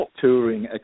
touring